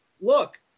look